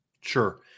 Sure